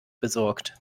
besorgt